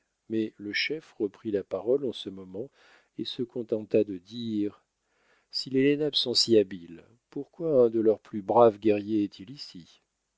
mais le chef reprit la parole en ce moment et se contenta de dire si les lenapes sont si habiles pourquoi un de leurs plus braves guerriers est-il ici